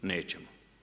Nećemo.